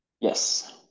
Yes